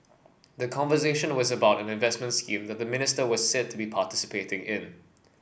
the conversation was about an investment scheme that the minister was said to be participating in